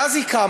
ואז היא קמה,